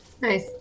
Nice